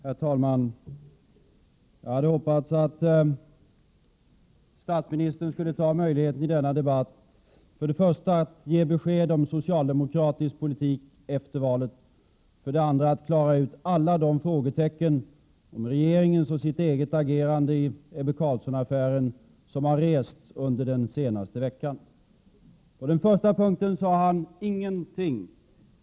Herr talman! Jag hade hoppats att statsministern skulle ta tillfället i akt och i denna debatt för det första ge besked om socialdemokraternas politik efter valet och, för det andra, räta ut alla de frågetecken som under den senaste veckan har uppstått beträffande regeringens och sitt eget agerande i Ebbe Carlsson-affären. På den första punkten sade han ingenting.